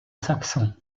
saxon